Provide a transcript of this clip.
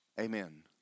Amen